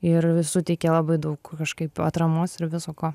ir suteikė labai daug kažkaip atramos ir viso ko